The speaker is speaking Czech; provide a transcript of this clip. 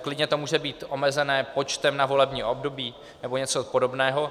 Klidně to může být omezené počtem na volební období nebo něco podobného.